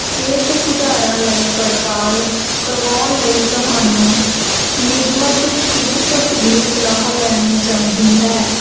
ਸਿਹਤ ਸੁਧਾਰਾਂ ਲਈ ਪੜਤਾਲ ਕਰਵਾਉਣ ਲਈ ਤੁਹਾਨੂੰ ਨਿਯਮਤ ਚਿਕਿਤਸਕ ਦੀ ਸਲਾਹ ਲੈਣੀ ਚਾਹੀਦੀ ਹੈ